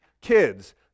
Kids